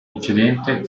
incidente